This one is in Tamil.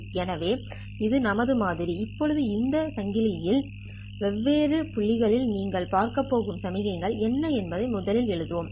எனவே இது நமது மாதிரி இப்போது இந்த சங்கிலியின் வெவ்வேறு புள்ளிகளில் நீங்கள் பார்க்கப்போகும் சமிக்ஞைகள் என்ன என்பதை முதலில் எழுதுவோம்